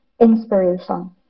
inspiration